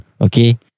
Okay